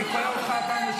אתה לא יכול לעשות הכול.